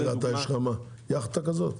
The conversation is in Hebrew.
מה יש לך, יאכטה כזאת?